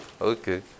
Okay